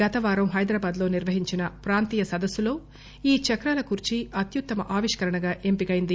గతవారం హైదరాబాద్లో నిర్వహించిన ప్రాంతీయ సదస్సులో ఈ చక్రాల కుర్చీ అత్యుత్తమ ఆవిష్కరణగా ఎంపికైంది